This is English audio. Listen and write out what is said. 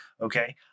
Okay